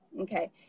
okay